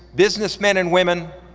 businessmen and women,